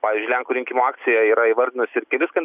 pavyzdžiui lenkų rinkimų akcija yra įvardinusi ir kelis kandi